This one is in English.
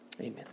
Amen